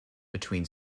between